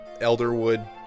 elderwood